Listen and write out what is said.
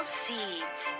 seeds